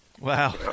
Wow